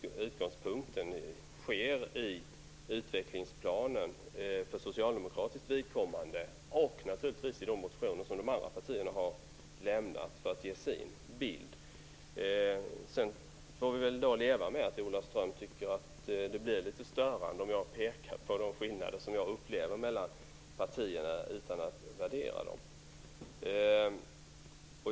Utgångspunkten är i utvecklingsplanen för socialdemokratiskt vidkommande, och naturligtvis också i de motioner som de andra partierna har lämnat för att ge sin bild av det hela. Vi får leva med att Ola Ström tycker att det blir litet störande om jag pekar på de skillnader mellan partierna som jag upplever, utan att värdera dem.